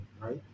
right